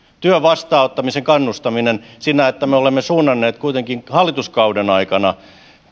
työn vastaanottamisen kannustaminen se että me olemme suunnanneet kuitenkin hallituskauden aikana